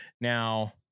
Now